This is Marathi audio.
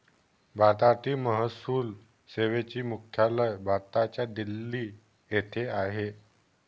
भारतीय महसूल सेवेचे मुख्यालय भारताच्या दिल्ली येथे आहे